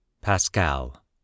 Pascal